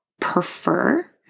prefer